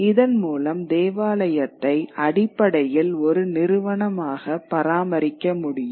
இதன் மூலம் தேவாலயத்தை அடிப்படையில் ஒரு நிறுவனமாக பராமரிக்க முடியும்